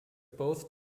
both